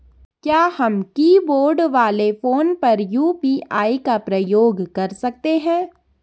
क्या हम कीबोर्ड वाले फोन पर यु.पी.आई का प्रयोग कर सकते हैं?